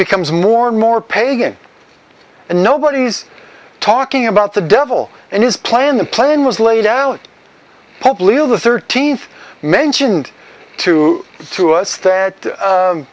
becomes more and more pagan and nobody's talking about the devil and his plan the plan was laid out hope lou the thirteenth mentioned too to us that